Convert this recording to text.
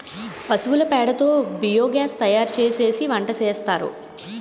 పశువుల పేడ తో బియోగాస్ తయారుసేసి వంటసేస్తారు